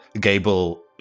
gable